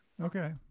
Okay